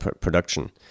production